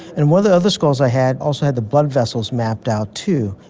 and one of the other skulls i had also had the blood vessels mapped out too.